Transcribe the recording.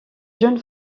jeune